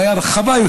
הרחבה,